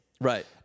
Right